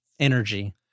energy